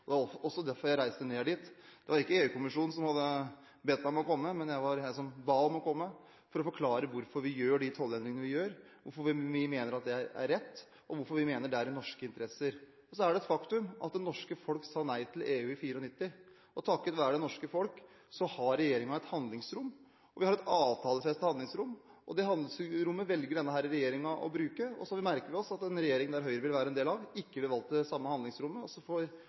Det var også derfor jeg reiste ned dit. Det var ikke EU-kommisjonen som hadde bedt meg om å komme, det var jeg som ba om å få komme, for å forklare hvorfor vi gjør de tollendringene vi gjør, hvorfor vi mener det rett, og hvorfor vi mener det er i norsk interesse. Det er også et faktum at det norske folket sa nei til EU i 1994, og takket være det norske folket har regjeringen et handlingsrom – et avtalefestet handlingsrom. Det handlingsrommet velger denne regjeringen å bruke, og så merker vi oss at en regjering som Høyre vil være en del av, ikke ville valgt det samme handlingsrommet.